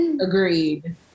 agreed